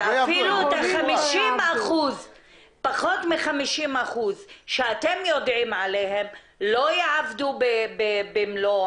ואפילו פחות מ-50% שאתם יודעים עליהם לא יעבדו במלוא